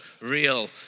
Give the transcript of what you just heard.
real